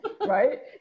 right